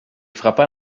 frappa